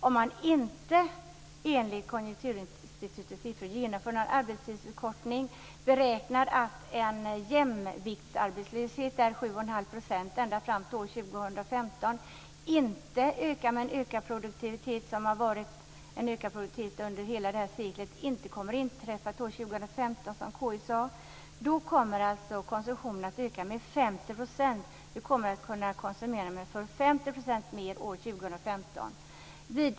Om man inte genomför någon arbetstidsförkortning och med en beräknad jämviktsarbetslöshet på 7 1⁄2 % ända fram till år 2015 samt om produktiviteten inte ökar på samma sätt som den gjort under hela detta sekel fram till 2015 kommer enligt Konjunkturinstitutets siffror konsumtionen att öka med 50 %.